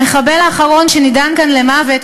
המחבל האחרון שנידון כאן למוות,